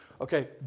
okay